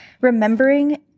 remembering